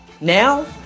Now